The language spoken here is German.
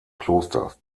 klosters